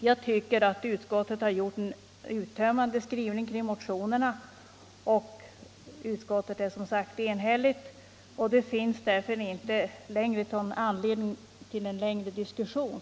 Jag tycker att utskottet har gjort en uttömmande skrivning kring motionerna. Utskottet är, som sagt, enhälligt och det finns därför inte anledning till någon längre diskussion.